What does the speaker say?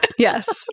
Yes